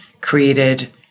created